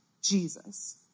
Jesus